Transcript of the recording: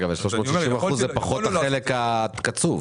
360 אחוזים זה פחות החלק הקצוב.